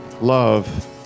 love